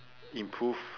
improve